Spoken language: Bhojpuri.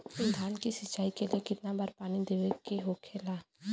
धान की सिंचाई के लिए कितना बार पानी देवल के होखेला?